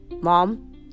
Mom